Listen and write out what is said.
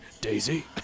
Daisy